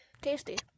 Tasty